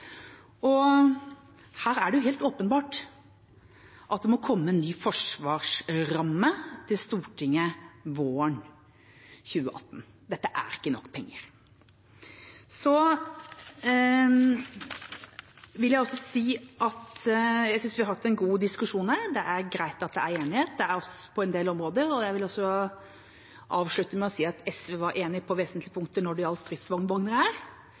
ny forsvarsramme til Stortinget våren 2018. Dette er ikke nok penger. Jeg synes vi har hatt en god diskusjon. Det er greit at det er enighet på en del områder. Jeg vil også avslutte med å si at SV var enig på vesentlige punkter når det gjaldt stridsvogner, men det står og faller på om pengene kommer. Regjeringspartiene, Kristelig Folkeparti og Venstre var ikke villige til å gi penger fra dag én. Det er